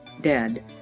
dead